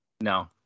No